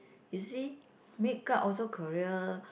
you see make up also Korea